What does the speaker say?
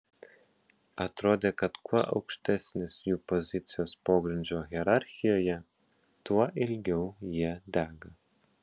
atrodė kad kuo aukštesnės jų pozicijos pogrindžio hierarchijoje tuo ilgiau jie dega